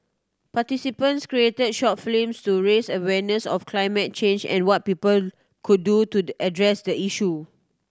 participants created short films to raise awareness of climate change and what people could do to address the issue